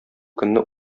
көнне